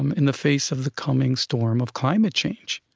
um in the face of the coming storm of climate change.